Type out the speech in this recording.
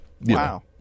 Wow